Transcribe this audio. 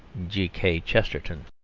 g k. chesterton.